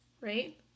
right